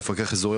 מפקח אזורי,